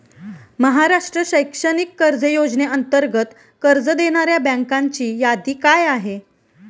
महाराष्ट्र शैक्षणिक कर्ज योजनेअंतर्गत कर्ज देणाऱ्या बँकांची यादी काय आहे?